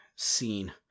Scene